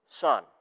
son